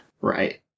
Right